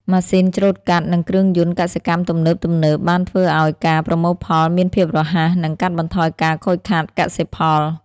ម៉ាស៊ីនច្រូតកាត់ និងគ្រឿងយន្តកសិកម្មទំនើបៗ បានធ្វើឱ្យការប្រមូលផលមានភាពរហ័ស និងកាត់បន្ថយការខូចខាតកសិផល។